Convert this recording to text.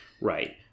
Right